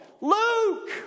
Luke